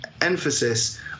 emphasis